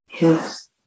Yes